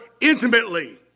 intimately